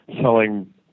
selling